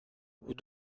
vous